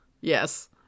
Yes